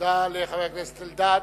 תודה לחבר הכנסת אלדד.